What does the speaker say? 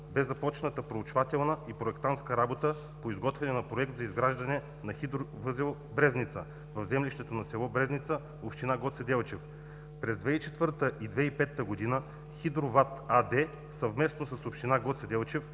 бе започната проучвателна и проектантска работа по изготвяне на Проект за изграждане на Хидровъзел „Брезница“ в землището на село Брезница, община Гоце Делчев. През 2004 и 2005 г. „Хидроват“ АД, съвместно с община Гоце Делчев,